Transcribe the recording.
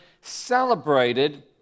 celebrated